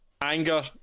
Anger